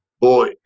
Boy